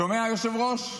שומע, היושב-ראש?